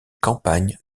campagne